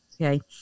okay